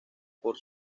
por